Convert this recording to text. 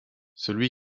celui